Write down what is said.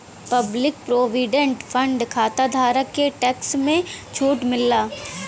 public provident fund खाताधारक के tax में छूट मिलला